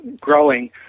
growing